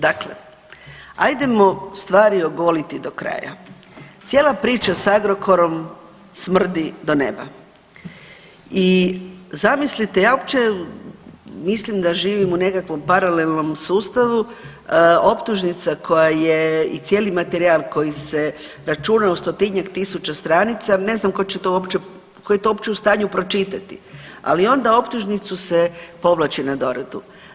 Dakle, ajdemo stvari ogoliti do kraja, cijela priča s Agrokorom smrdi do neba i zamislite ja uopće mislim da živimo u nekakvom paralelnom sustavu, optužnica koja je i cijeli materijal koji se računa u stotinjak tisuća stranica ne znam tko je to uopće u stanju pročitati, ali onda optužnicu se povlači na doradu.